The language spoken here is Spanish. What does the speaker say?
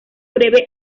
breve